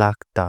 लागत।